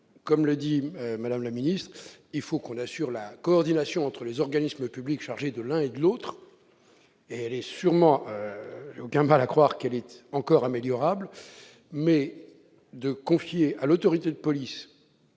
Comme l'a dit Mme la ministre, il nous faut assurer la coordination entre les organismes publics chargés de l'un et de l'autre- je n'ai aucun mal à croire qu'elle soit encore améliorable -, mais confier à l'autorité de police,